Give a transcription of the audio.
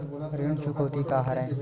ऋण चुकौती का हरय?